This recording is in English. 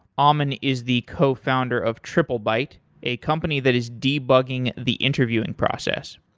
um ammon is the cofounder of triplebyte, a company that is debugging the interviewing process.